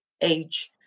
age